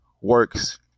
works